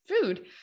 food